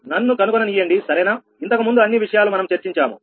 నన్ను కనుగొననీయ్యండి సరేనా ఇంతకుముందు అన్ని విషయాలు మనం చర్చించాము